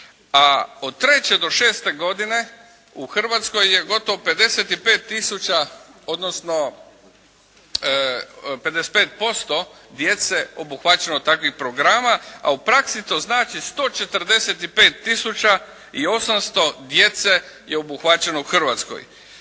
a od 3. do 6. godine u Hrvatskoj je gotovo 55 tisuća, odnosno 55% djece obuhvaćenost takvih programa, a u praksi to znali 145 tisuća 800 djece je obuhvaćeno u Hrvatskoj.